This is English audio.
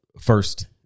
first